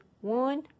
one